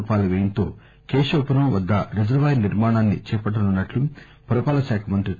రూపాయల వ్యయంతో కేశవపురం వద్ద రిజర్సాయర్ నిర్మాణాన్ని చేపట్టనున్నట్టు పురపాలక శాఖమంత్రి కె